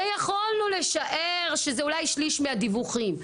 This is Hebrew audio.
יכולנו לשער שזה אולי שליש מהדיווחים.